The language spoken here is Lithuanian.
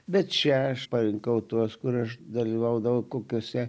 bet čia aš parinkau tuos kur aš dalyvaudavau kokiose